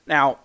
Now